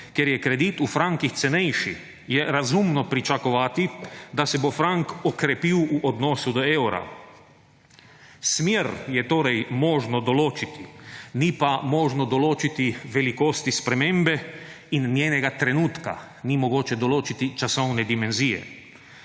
Ker je kredit v frankih cenejši, je razumno pričakovati, da se bo frak okrepil v odnosu do evra. Smer je torej možno določiti, ni pa možno določiti velikosti spremembe in njenega trenutka, ni mogoče določiti časovne dimenzije.